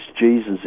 Jesus